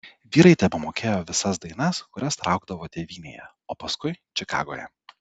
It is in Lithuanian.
vyrai tebemokėjo visas dainas kurias traukdavo tėvynėje o paskui čikagoje